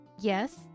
Yes